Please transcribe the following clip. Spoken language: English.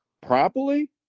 properly